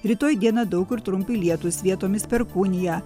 rytoj dieną daug kur trumpi lietūs vietomis perkūnija